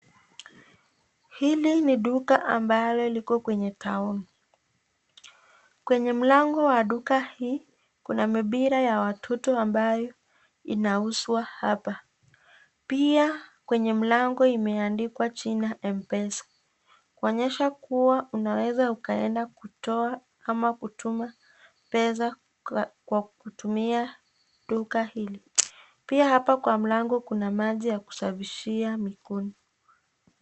Hili ni duka ambalo liko kwenye tauni. Kwenye mlango wa duka hii kuna mipira ya watoto ambayo inauzwa hapa. Pia kwenye mlango imeandikwa jina mpesa kuonyesha kuwa unaweza ukaenda kutoa ama kutuma pesa kwa kutumia duka hili. Pia hapa kwa mlango kuna maji ya kusafishia mikono.